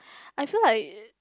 I feel like